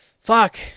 Fuck